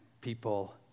people